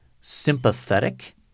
sympathetic